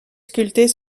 sculptés